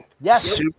Yes